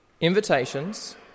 Invitations